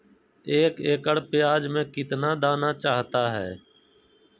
एक एकड़ प्याज में कितना दाना चाहता है?